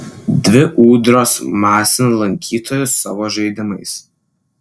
dvi ūdros masina lankytojus savo žaidimais